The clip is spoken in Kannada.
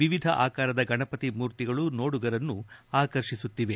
ವಿವಿಧ ಆಕಾರದ ಗಣಪತಿ ಮೂರ್ತಿಗಳು ನೋಡುಗರನ್ನು ಆಕರ್ಷಿಸುತ್ತಿದೆ